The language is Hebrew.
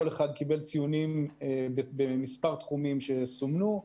כל אחד מהם קיבל ציונים במספר תחומים שסומנו.